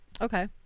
Okay